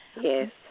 Yes